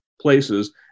places